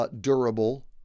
durable